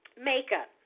Makeup